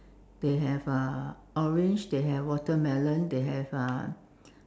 they have uh orange they have watermelon they have uh